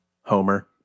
Homer